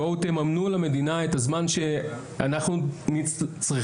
בואו תממנו למדינה את הזמן שאנחנו צריכים,